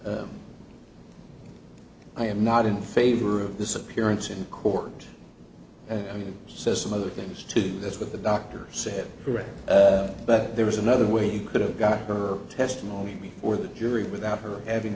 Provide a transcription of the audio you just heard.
says i am not in favor of this appearance in court and i mean system other things to do this with the doctor say it right but there is another way you could have got her testimony before the jury without her having